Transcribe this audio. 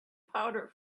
powder